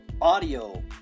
audio